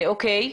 כן.